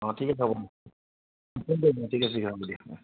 অঁ ঠিক আছে হ'ব ঠিক আছে হ'ব দিয়া